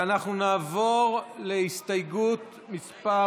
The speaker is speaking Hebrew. ואנחנו נעבור להסתייגות מס'